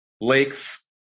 lakes